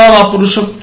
हो वापरू शकतो